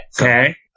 Okay